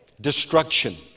Destruction